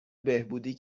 بهبودی